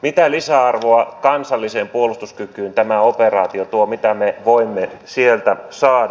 mitä lisäarvoa kansalliseen puolustuskykyyn tämä operaatio tuo mitä me voimme sieltä saada